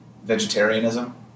vegetarianism